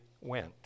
went